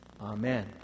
Amen